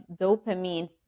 dopamine